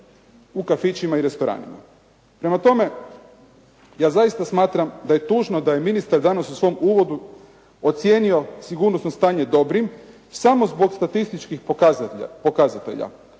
u kafićima i restoranima. Prema tome, ja zaista smatram da je tužno da je ministar danas u svom uvodu ocijenio sigurnosno stanje dobrim samo zbog statističkih pokazatelja.